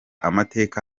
amateka